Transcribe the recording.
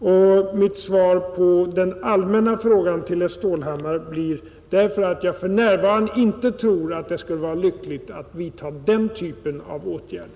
Och mitt svar på herr Stålhammars allmänna fråga blir därför att jag för närvarande inte tror att det skulle vara lyckligt att vidta den typen av åtgärder.